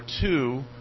two